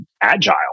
agile